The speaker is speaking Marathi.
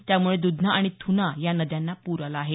त्यामुळे दुधना आणि थुना या नद्यांना पूर आला आहे